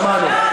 שמענו.